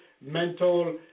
mental